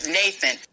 nathan